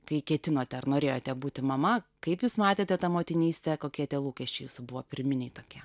kai ketinote ar norėjote būti mama kaip jūs matėte tą motinystę kokie tie lūkesčiai buvo pirminiai tokia